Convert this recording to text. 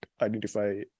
identify